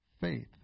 Faith